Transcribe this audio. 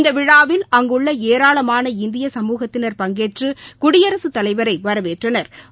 இந்தவிழாவில் அங்குள்ளஏராளமான இந்திய சமூகத்தினா் பங்கேற்றுகுடியரசுதலைவரைவரவேற்றனா்